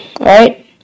right